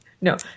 No